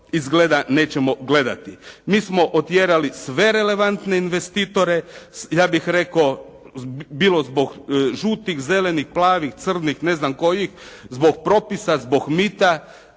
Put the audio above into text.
izgleda nećemo gledati. Mi smo otjerali sve relevantne investitore. Ja bih rekao bilo zbog žutih, zelenih, plavih, crnih, ne znam kojih, zbog propisa, zbog mita